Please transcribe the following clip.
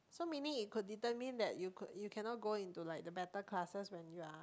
so meaning it could determine that could you cannot go into like the better classes when you are